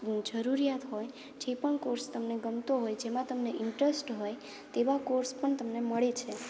જરૂરિયાત હોય જે પણ કોર્સ તમને ગમતો હોય જેમાં તમને ઈન્ટરસ્ટ હોય તેવા કોર્સ પણ તમને મળે છે